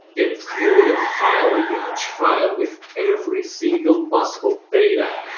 it created a file, a huge file with every single possible data